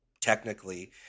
technically